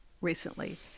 recently